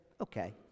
Okay